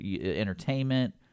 entertainment